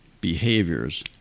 behaviors